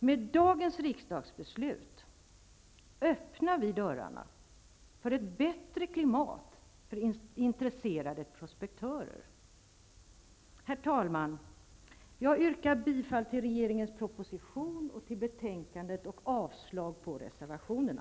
Med dagens riksdagsbeslut öppnar vi dörrarna för ett bättre klimat för intresserade prospektörer. Herr talman! Jag yrkar bifall till utskottets hemställan och avslag på reservationerna.